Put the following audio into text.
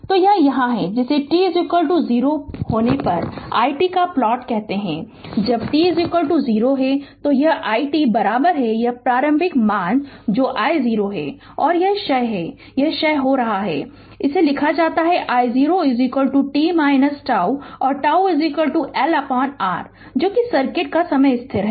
Refer Slide Time 1046 तो यह यहाँ है जिसे t 0 होने पर i t का प्लॉट कहते हैं जब t 0 तो यह i t यह प्रारंभिक मान जो I0 है और यह क्षय है यह क्षय हो रहा है और इसे लिखा जाता है I0 t τ और τ L R जो कि सर्किट का समय स्थिर है